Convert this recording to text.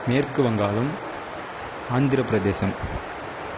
மேற்கு வங்காளம் ஆந்திரப்பிரதேசம்